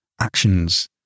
actions